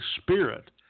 Spirit